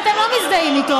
אתם לא מזדהים איתו,